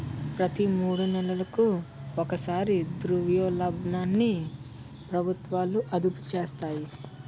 ప్రతి మూడు నెలలకు ఒకసారి ద్రవ్యోల్బణాన్ని ప్రభుత్వాలు అదుపు చేస్తాయి